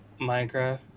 Minecraft